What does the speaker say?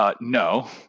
No